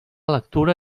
lectura